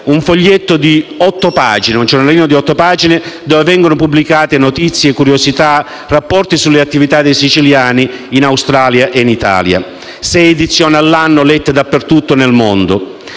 è «Il Ficodindia», un giornalino di otto pagine dove vengono pubblicate notizie, curiosità, rapporti sulle attività dei siciliani in Australia ed in Italia; sei edizioni all'anno e letto in tutto il mondo.